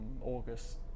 August